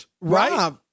right